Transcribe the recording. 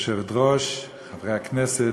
כבוד היושבת-ראש, חברי כנסת,